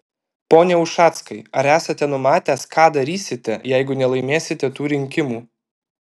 pone ušackai ar esate numatęs ką darysite jeigu nelaimėsite tų rinkimų